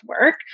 work